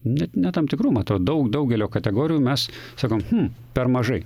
net ne tam tikrų man atorodo daugelio kategorijų mes sakom hm per mažai